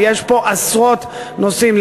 יש פה עשרות נושאים,